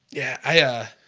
yeah. yeah